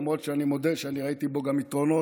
למרות שאני מודה שאני ראיתי בו גם יתרונות